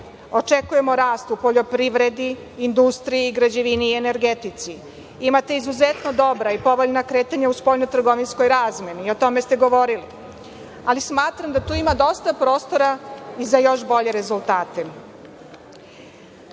očekujemo rast u poljoprivredi, industriji, građevini i energetici, imate izuzetno dobra i povoljna kretanja u spoljnotrgovinskoj razmeni, o tome ste govorili, ali smatram da tu ima dosta prostora i za još bolje rezultate. Odluka